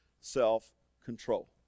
self-control